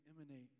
emanate